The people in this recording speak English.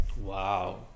Wow